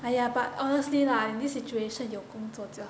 but yeah but honestly lah this situation 有工作就好